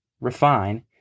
refine